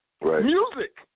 music